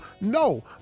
No